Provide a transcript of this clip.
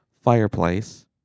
fireplace